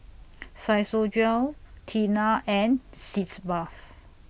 Tena and Sitz Bath